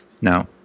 Now